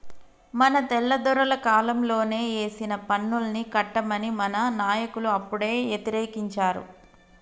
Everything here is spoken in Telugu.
మన తెల్లదొరల కాలంలోనే ఏసిన పన్నుల్ని కట్టమని మన నాయకులు అప్పుడే యతిరేకించారు